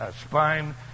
spine